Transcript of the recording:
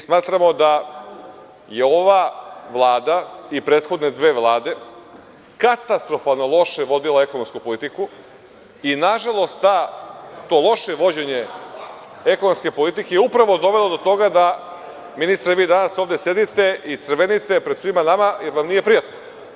Smatramo da je ova Vlada i prethodne dve vlade katastrofalno loše vodila ekonomsku politiku i nažalost to loše vođenje ekonomske politike je upravo dovelo do toga da ministre vi ovde danas sedite i crvenite pred svima nama jer vam nije prijatno.